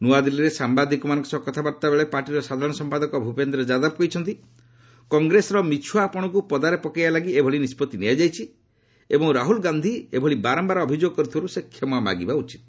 ନୂଆଦିଲ୍ଲୀରେ ସାମ୍ବାଦିକମାନଙ୍କ ସହ କଥାବାର୍ତ୍ତାବେଳେ ପାର୍ଟିର ସାଧାରଣ ସମ୍ପାଦକ ଭୂପେନ୍ଦ୍ର ଯାଦବ କହିଛନ୍ତି କଂଗ୍ରେସର ମିଛୁଆପଣକୁ ପଦାରେ ପକାଇବା ଲାଗି ଏଭଳି ନିଷ୍କଭି ନିଆଯାଇଛି ଏବଂ ରାହୁଲ୍ ଗାନ୍ଧି ଏଭଳି ବାରମ୍ଭାର ଅଭିଯୋଗ କରୁଥିବାରୁ ସେ କ୍ଷମା ମାଗିବା ଉଚିତ